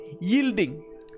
Yielding